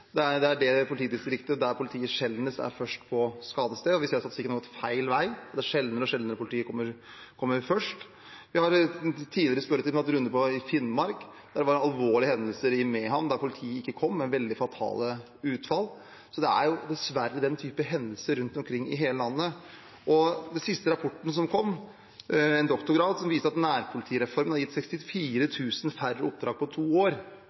politidistriktet der politiet sjeldnest er først på skadestedet, og der vi ser at statistikken har gått feil vei, at det er sjeldnere og sjeldnere at politiet kommer først. Vi har i en tidligere spørretime hatt en runde på Finnmark. Der var det en alvorlig hendelse i Mehamn der politiet ikke kom, med veldig fatalt utfall. Det er dessverre den type hendelser rundt omkring i hele landet. Den siste rapporten som kom, en doktoravhandling, viser at nærpolitireformen har gitt 64 000 færre oppdrag på to år,